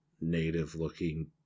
native-looking